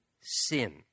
sin